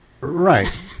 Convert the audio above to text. Right